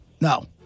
No